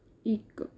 ਇੱਕ